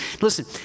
Listen